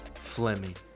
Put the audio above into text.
Fleming